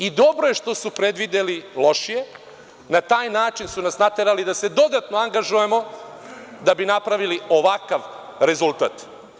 I dobro je što su predvideli lošije, jer su nas na taj način naterali da se dodatno angažujemo da bi napravili ovakav rezultat.